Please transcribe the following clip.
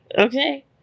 Okay